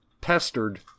pestered